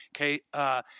Okay